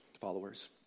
followers